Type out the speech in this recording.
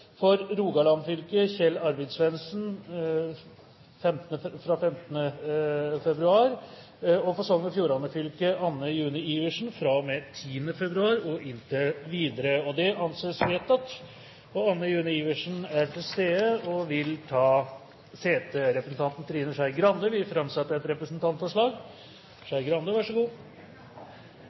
For Rogaland fylke: Kjell Arvid Svendsen 15. februar For Sogn og Fjordane fylke: Anne June Iversen fra og med 10. februar og inntil videre Anne June Iversen er til stede og vil ta sete. Representanten Trine Skei Grande vil framsette et representantforslag.